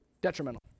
detrimental